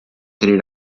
tenir